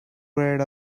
red